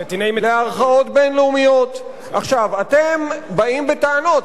נתיני מדינת אויב, עכשיו, אתם באים בטענות.